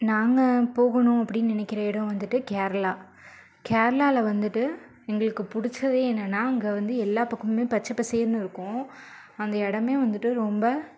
நாங்கள் போகணும் அப்படினு நினைக்கிற எடம் வந்துட்டு கேரளா கேர்ளாவில வந்துட்டு எங்களுக்கு பிடிச்சதே என்னனா அங்கே வந்து எல்லா பக்கமும் பச்சை பசேர்னு இருக்கும் அந்த இடமே வந்துட்டு ரொம்ப